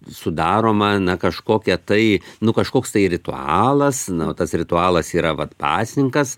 sudaroma na kažkokia tai nu kažkoks tai ritualas na o tas ritualas yra vat pasninkas